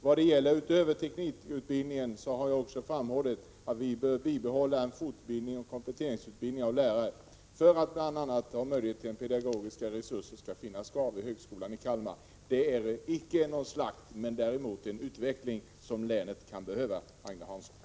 Jag har också framhållit att vi bör bibehålla en fortbildning och kompletteringsutbildning av lärare, för att den pedagogiska resursen om möjligt skall finnas kvar vid högskolan i Kalmar. Det är en utveckling som länet kan behöva, Agne Hansson.